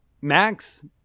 Max